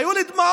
היו לי דמעות.